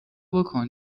بکن